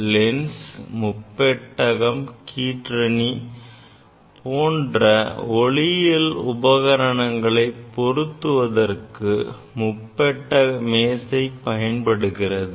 lens முப்பெட்டகம் கீற்றணி போன்ற ஒளியியல் உபகரணங்களை பொருத்துவதற்கு முப்பட்டக மேசை பயன்படுகிறது